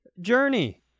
journey